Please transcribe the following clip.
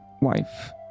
wife